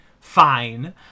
fine